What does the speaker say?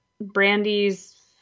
Brandy's